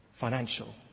financial